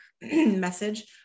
message